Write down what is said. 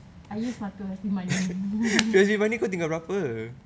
I use my P_S_B money